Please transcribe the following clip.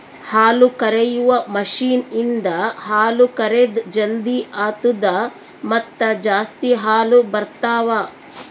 ಹಾಲುಕರೆಯುವ ಮಷೀನ್ ಇಂದ ಹಾಲು ಕರೆದ್ ಜಲ್ದಿ ಆತ್ತುದ ಮತ್ತ ಜಾಸ್ತಿ ಹಾಲು ಬರ್ತಾವ